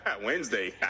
Wednesday